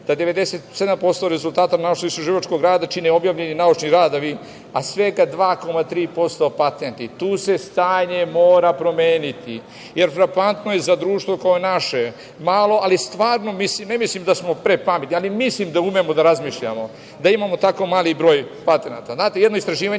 da 97% rezultata našeg istraživačkog rada čine objavljeni naučni radovi, a svega 2,3% patentni. Tu se stanje mora promeniti, jer frapantno je za društvo kao naše, malo ali stvarno ne mislim da smo prepametni, ali mislim da umemo da razmišljamo, da imamo tako mali broj patenata. Znate, jedno istraživanje